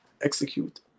execute